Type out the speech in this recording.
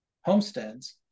homesteads